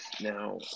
now –